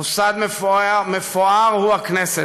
מוסד מפואר הוא הכנסת,